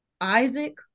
Isaac